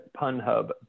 punhub